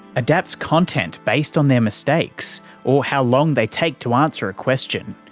adapts content based on their mistakes or how long they take to answer a question,